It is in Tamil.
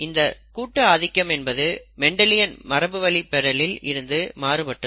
இந்த கூட்டு ஆதிக்கம் என்பது மெண்டலியணின் மரபுவழிப்பெறலில் இருந்து மாறுபட்டது